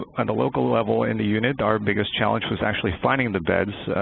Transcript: on the local level in the unit, our biggest challenge was actually finding the beds,